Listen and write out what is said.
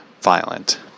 violent